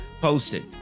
posted